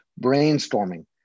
brainstorming